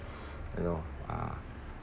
you know ah